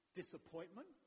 disappointment